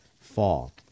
fall